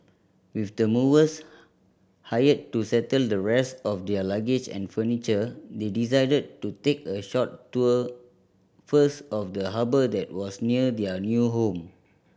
with the movers hired to settle the rest of their luggage and furniture they decided to take a short tour first of the harbour that was near their new home